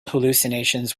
hallucinations